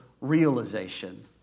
realization